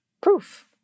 proof